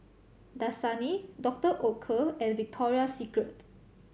Dasani Doctor Oetker and Victoria Secret